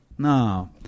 no